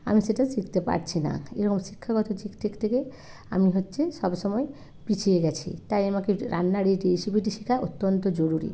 আমি সেটা শিখতে পারছি না এরকম শিক্ষাগত চিক দিক থেকে আমি হচ্ছে সবসময় পিছিয়ে গিয়েছি তাই আমাকে এটা রান্নার এইটি রেসিপিটি শেখা অত্যন্ত জরুরি